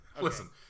Listen